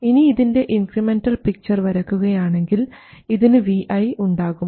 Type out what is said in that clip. ഇനി ഇതിൻറെ incremental picture വരയ്ക്കുകയാണെങ്കിൽ ഇതിന് vi ഉണ്ടാകും